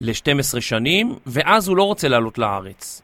לשתים עשרה שנים, ואז הוא לא רוצה לעלות לארץ.